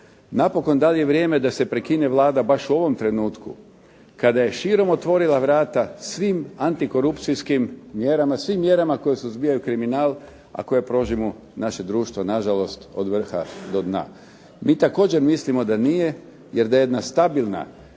Napokon, da li je vrijeme da se prekine Vlada baš u ovom trenutku kada je širom otvorila vrata svim antikorupcijskim mjerama, svim mjerama koje suzbijaju kriminal, a koje prožimaju naše društvo na žalost od vrha do dna. Mi također mislimo da nije, jer da je jedna stabilna